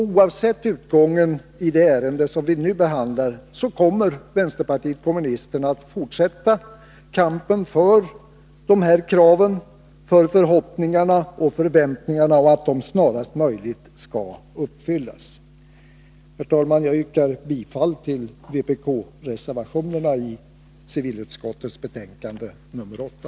Oavsett utgången i det ärende som vi nu behandlar kommer vänsterpartiet kommunisterna att fortsätta kampen för de här kraven, så att förhoppningarna och förväntningarna snarast möjligt skall kunna uppfyllas. Herr talman! Jag yrkar bifall till vpk-reservationerna i civilutskottets betänkande 8.